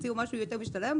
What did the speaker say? תציעו משהו יותר משתלם,